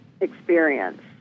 experience